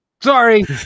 sorry